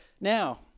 now